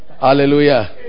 Hallelujah